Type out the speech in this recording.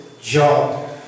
job